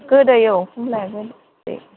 गोदै औ कमलाया गोदै